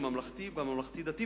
הממלכתי והממלכתי-דתי,